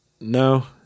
No